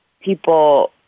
people